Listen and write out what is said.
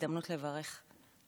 הזדמנות לברך.